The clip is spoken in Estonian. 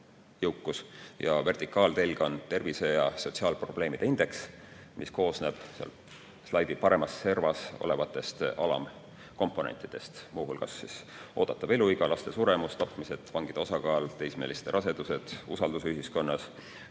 ja vertikaaltelg on tervise ja sotsiaalprobleemide indeks, mis koosneb slaidi paremas servas olevatest alamkomponentidest, muu hulgas oodatav eluiga, laste suremus, tapmised, vangide osakaal, teismeliste rasedus, usaldus ühiskonnas,